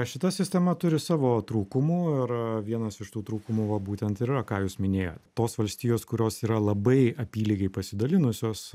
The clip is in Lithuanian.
šita sistema turi savo trūkumų ir vienas iš tų trūkumų va būtent ir yra ką jūs minėjot tos valstijos kurios yra labai apylygiai pasidalinusios